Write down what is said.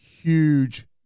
huge